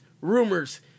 rumors